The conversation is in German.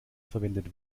verwendet